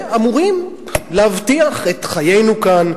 ואמורים להבטיח את חיינו כאן,